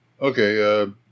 okay